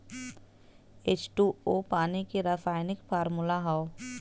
H two O पानी के रासायनिक फार्मूला हौ